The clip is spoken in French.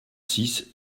six